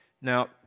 Now